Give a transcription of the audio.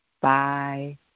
Bye